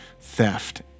theft